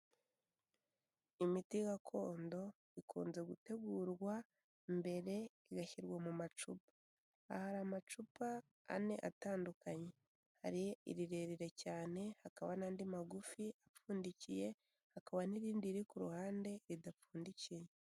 Imiti gakondo ikunze gutegurwa mbere igashyirwa mu macupa, aha hari amacupa ane atandukanye, hari irirerire cyane hakaba n'andi magufi apfundikiye, hakaba n'irindi riri ku ruhande ridapfundikiye.